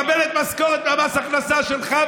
היא מקבלת משכורת ממס ההכנסה שלך,